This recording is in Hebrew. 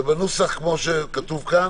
ובנוסח כמו שכתוב כאן.